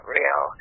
real